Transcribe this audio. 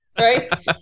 Right